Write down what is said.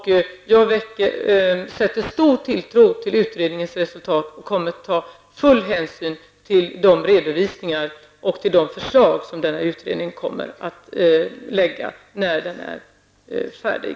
Jag sätter stor tilltro till utredningens resultat och kommer att ta full hänsyn till de redovisningar och de förslag som utredningen kommer att lägga fram när den är färdig.